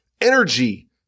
energy